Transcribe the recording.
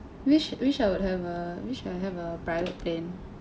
wish wish I would have uh wish I have a private plane